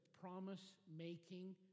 promise-making